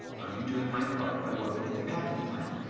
i am doing my part by working at the packing plant.